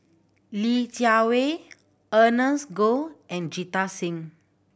Li Jiawei Ernest Goh and Jita Singh